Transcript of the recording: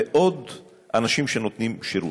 ועוד אנשים שנותנים שירות.